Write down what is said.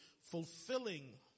fulfilling